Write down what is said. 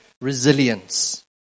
resilience